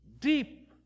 deep